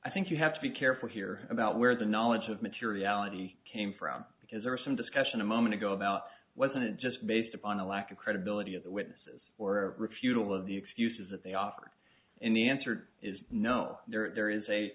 i think you have to be careful here about where the knowledge of materiality came from because there was some discussion a moment ago about wasn't it just based upon a lack of credibility of the witnesses or refutable of the excuses that they offered in the answer is no there there is a